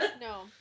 No